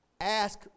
Ask